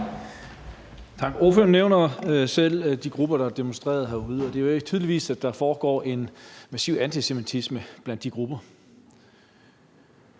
Tak. Ordføreren nævner selv de grupper, der demonstrerede herude, og det er tydeligt, at der er en massiv antisemitisme blandt de grupper.